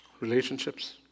relationships